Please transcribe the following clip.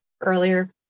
earlier